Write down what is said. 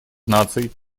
наций